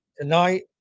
tonight